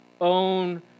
own